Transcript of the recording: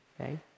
Okay